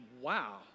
Wow